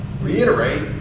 reiterate